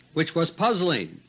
which was puzzling.